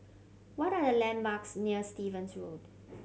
what are the landmarks near Stevens Road